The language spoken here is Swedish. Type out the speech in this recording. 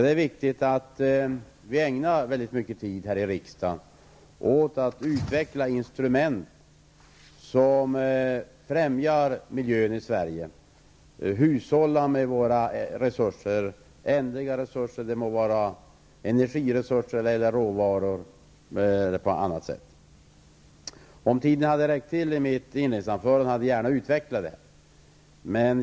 Det är viktigt att vi ägnar mycket tid här i riksdagen åt att utveckla instrument som främjar miljön i Sverige. Det gäller att vi hushållar med våra ändliga resurser, det må vara energi, råvaror eller annat. Om tiden hade räckt till i mitt inledningsanförande hade jag gärna utvecklat detta.